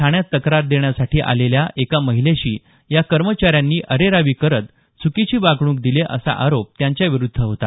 ठाण्यात तक्रार देण्यासाठी आलेल्या एका महिलेशी या कर्मचाऱ्यांनी अरेरावी करत चुकीची वागणूक दिली असा आरोप त्यांच्याविरूद्ध होता